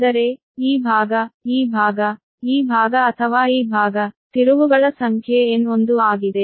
ಅಂದರೆ ಈ ಭಾಗ ಈ ಭಾಗ ಈ ಭಾಗ ಅಥವಾ ಈ ಭಾಗ ತಿರುವುಗಳ ಸಂಖ್ಯೆ N1 ಆಗಿದೆ